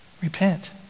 Repent